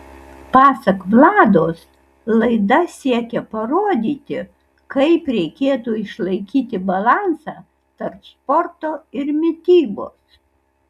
pasak vlados laida siekia parodyti kaip reikėtų išlaikyti balansą tarp sporto ir mitybos